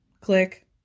click